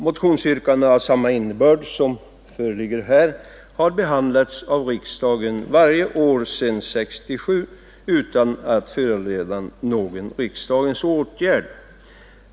Motionsyrkanden av samma innebörd som de nu föreliggande har behandlats av riksdagen varje år sedan 1967 utan att föranleda någon riksdagens åtgärd.